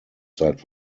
seit